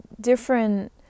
different